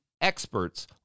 experts